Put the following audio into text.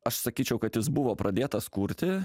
aš sakyčiau kad jis buvo pradėtas kurti